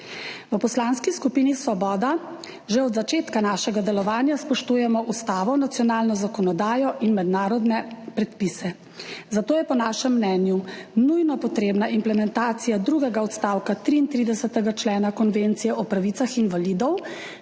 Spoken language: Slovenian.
V Poslanski skupini Svoboda že od začetka svojega delovanja spoštujemo ustavo, nacionalno zakonodajo in mednarodne predpise, zato je po našem mnenju nujno potrebna implementacija drugega odstavka 33. člena Konvencije o pravicah invalidov,